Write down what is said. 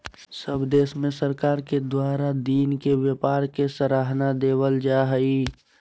सब देश में सरकार के द्वारा दिन के व्यापार के सराहना देवल जा हइ